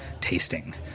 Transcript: tasting